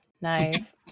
Nice